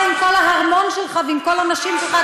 אתה עם כל ההרמון שלך ועם כל נשים שלך,